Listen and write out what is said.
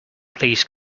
please